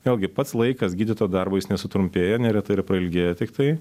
vėlgi pats laikas gydytojo darbo jis nesutrumpėja neretai ir pailgėja tiktai